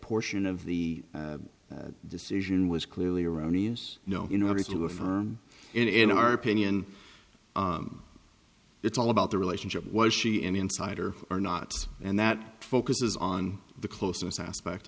portion of the decision was clearly erroneous no in order to affirm in our opinion it's all about the relationship was she an insider or not and that focuses on the closeness aspect